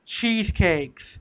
cheesecakes